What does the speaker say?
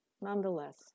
nonetheless